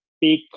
big